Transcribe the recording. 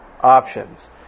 options